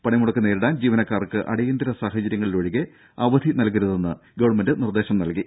പണിമുടക്ക് നേരിടാൻ ജീവനക്കാർക്ക് അടിയന്തര സാഹചര്യങ്ങളിലൊഴികെ അവധി നൽകരുതെന്ന് ഗവൺമെന്റ് നിർദ്ദേശം നൽകി